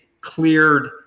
cleared